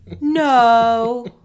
No